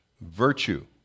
virtue